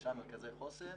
חמישה מרכזי חוסן